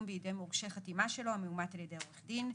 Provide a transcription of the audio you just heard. בידי מורשה חתימה שלו המאומת על ידי עורך דין,